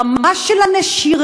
הרמה של הנשירה,